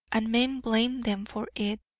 and men blame them for it,